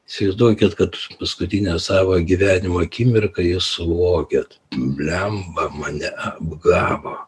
įsivaizduokit kad paskutinę savo gyvenimo akimirką jūs vogėt bliamba mane apgavo